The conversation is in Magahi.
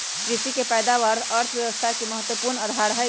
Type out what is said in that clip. कृषि के पैदावार अर्थव्यवस्था के महत्वपूर्ण आधार हई